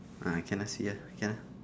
ah can lah see ah okay lah